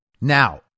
Now